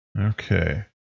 Okay